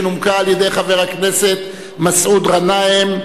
שנומקה על-ידי חבר הכנסת מסעוד גנאים,